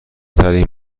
ترین